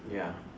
ya